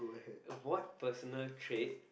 of what personal trait